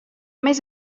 més